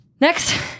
Next